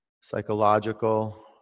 psychological